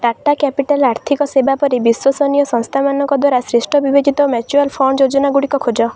Tata capital ଆର୍ଥିକ ସେବା ପରି ବିଶ୍ଵସନୀୟ ସଂସ୍ଥାମାନଙ୍କ ଦ୍ଵାରା ଶ୍ରେଷ୍ଠ ବିବେଚିତ ମ୍ୟୁଚୁଆଲ୍ ଫଣ୍ଡ୍ ଯୋଜନାଗୁଡ଼ିକ ଖୋଜ